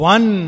One